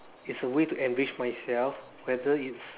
is a way to enrich myself whether it's